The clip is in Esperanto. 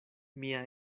mia